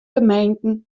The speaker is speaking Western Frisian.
gemeenten